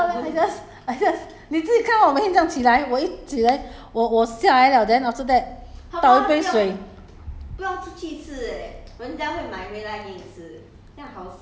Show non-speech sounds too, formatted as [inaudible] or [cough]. [laughs] I 我不知道 leh I just I just 你自己看 lor 我每天这样起来我一起来我我下来 liao then after that 倒一杯水